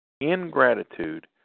Ingratitude